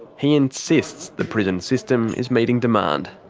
he insists the prison system is meeting demand.